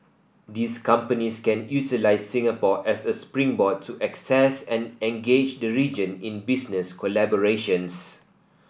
these companies can utilise Singapore as a springboard to access and engage the region in business collaborations